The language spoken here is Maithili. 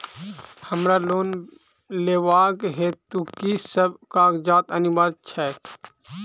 हमरा लोन लेबाक हेतु की सब कागजात अनिवार्य छैक?